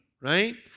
right